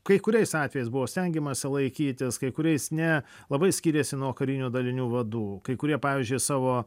kai kuriais atvejais buvo stengiamasi laikytis kai kuriais ne labai skyrėsi nuo karinių dalinių vadų kai kurie pavyzdžiui savo